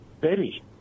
Betty